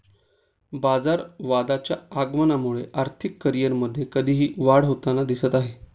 बाजारवादाच्या आगमनामुळे आर्थिक करिअरमध्ये कधीही वाढ होताना दिसत आहे